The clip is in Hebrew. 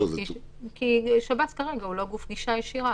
כי כרגע שב"ס הוא לא גוף גישה ישירה.